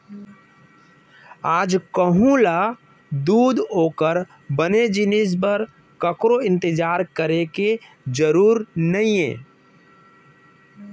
आज कोहूँ ल दूद ओकर बने जिनिस बर ककरो इंतजार करे के जरूर नइये